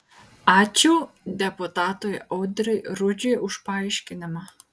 ačiū deputatui audriui rudžiui už paaiškinimą